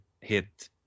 hit